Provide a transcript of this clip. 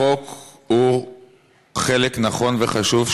"החוק הוא חלק נכון וחשוב,